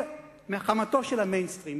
חמתו של ה-mainstream.